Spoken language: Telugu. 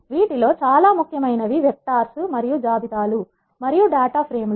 వీటిలో చాలా ముఖ్యమైన వి వెక్టార్స్ మరియు జాబితాలు మరియు డేటా ఫ్రేమ్ లు